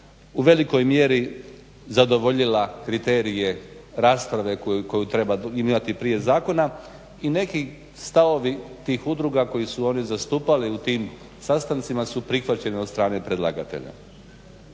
u velikoj mjeri zadovoljila kriterije rasprave koju treba imati prije zakona. I neki stavovi tih udruga koje su oni zastupali u tim sastancima su prihvaćeni od strane predlagatelja.